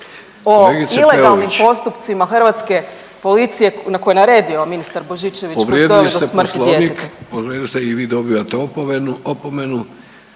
Peović/…ilegalnim postupcima hrvatske policije koju je naredio ministar Božinović koje su doveli do smrti djeteta.